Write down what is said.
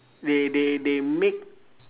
they they they make